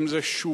אם זה שווק,